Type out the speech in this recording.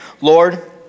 Lord